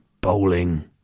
bowling